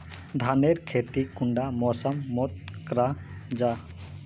धानेर खेती कुंडा मौसम मोत करा जा?